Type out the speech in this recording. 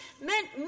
meant